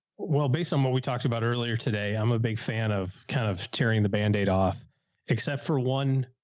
well, based on what we talked about earlier today, i'm a big fan of kind of tearing the bandaid off except for one,